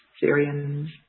Syrians